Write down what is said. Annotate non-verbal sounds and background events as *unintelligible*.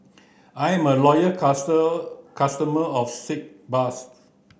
I am a loyal *unintelligible* customer of Sitz bath